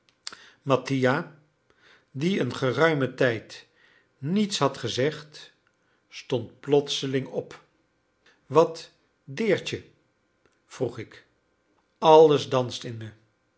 mattia die een geruimen tijd niets had gezegd stond plotseling op wat deert je vroeg ik alles danst in me